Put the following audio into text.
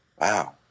wow